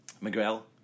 Miguel